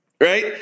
Right